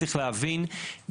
צריך להבין,